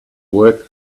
work